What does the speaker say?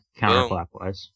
counterclockwise